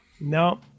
No